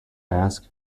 ask